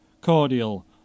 cordial